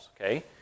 okay